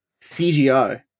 CGI